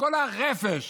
וכל הרפש